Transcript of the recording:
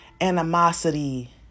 animosity